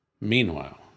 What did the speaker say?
Meanwhile